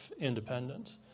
independence